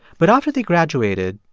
but after they graduated,